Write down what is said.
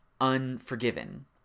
unforgiven